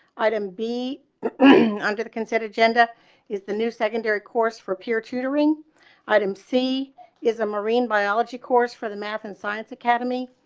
item b under the consent agenda is the new secondary course for peer tutoring item c is a marine biology course for the math and science academy,